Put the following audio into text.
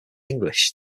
english